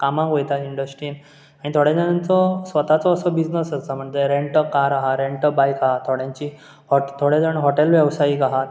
कामांग वयतात इंडस्ट्रीन आनी थोडे जाणांचो स्वताचो असो बिजनस आसा म्हणजे रँट अ कार आहा रँट अ बायक आहा थोड्यांची ओटो थोडे जाण हॉटेल वेवसायीक आहात